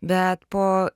bet po